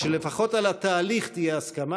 שלפחות על התהליך תהיה הסכמה.